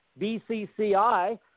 BCCI